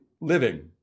living